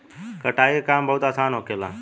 कटाई के काम बहुत आसान होखेला